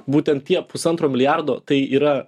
būtent tie pusantro milijardo tai yra